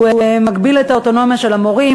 הוא מגביל את האוטונומיה של המורים,